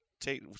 take